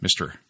Mr